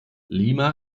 lima